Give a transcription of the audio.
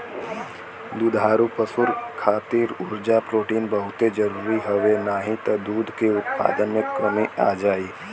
दुधारू पशु खातिर उर्जा, प्रोटीन बहुते जरुरी हवे नाही त दूध के उत्पादन में कमी आ जाई